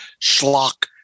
schlock